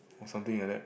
or something like that